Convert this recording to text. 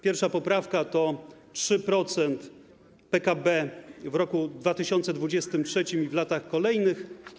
Pierwsza poprawka to 3% PKB w roku 2023 i w latach kolejnych.